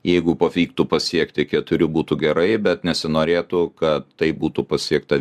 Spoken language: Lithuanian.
jeigu pavyktų pasiekti keturių būtų gerai bet nesinorėtų kad tai būtų pasiekta